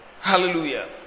hallelujah